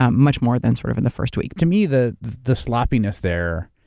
um much more than sort of in the first week. to me, the the sloppiness there,